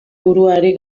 buruari